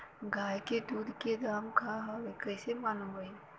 गाय के दूध के दाम का ह कइसे मालूम चली?